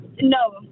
No